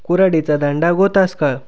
कुऱ्हाडीचा दांडा गोतास काळ